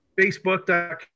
Facebook.com